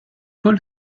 paul